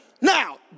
Now